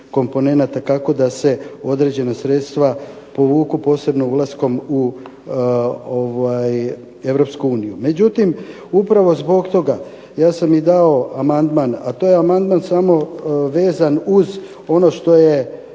komponenata kako da se određena sredstva povuku posebno ulaskom u EU. Međutim, upravo zbog toga ja sam i dao amandman, a to je amandman samo vezan uz ono što je